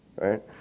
right